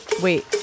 Wait